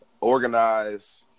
organize